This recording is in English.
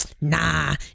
nah